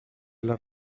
las